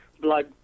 blood